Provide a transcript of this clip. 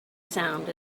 sound